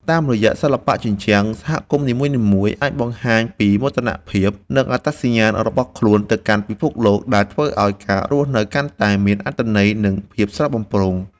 តាមរយៈសិល្បៈជញ្ជាំង សហគមន៍នីមួយៗអាចបង្ហាញពីមោទនភាព និងអត្តសញ្ញាណរបស់ខ្លួនទៅកាន់ពិភពលោក ដែលធ្វើឱ្យការរស់នៅកាន់តែមានអត្ថន័យ និងភាពស្រស់បំព្រង។